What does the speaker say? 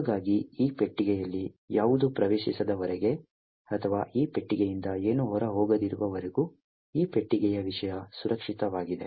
ಹಾಗಾಗಿ ಈ ಪೆಟ್ಟಿಗೆಯಲ್ಲಿ ಯಾವುದೂ ಪ್ರವೇಶಿಸದವರೆಗೆ ಅಥವಾ ಈ ಪೆಟ್ಟಿಗೆಯಿಂದ ಏನೂ ಹೊರಹೋಗದಿರುವವರೆಗೂ ಈ ಪೆಟ್ಟಿಗೆಯ ವಿಷಯ ಸುರಕ್ಷಿತವಾಗಿದೆ